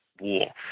war